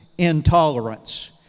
intolerance